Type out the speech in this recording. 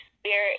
Spirit